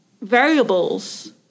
Variables